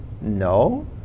no